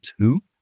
two